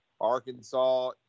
Arkansas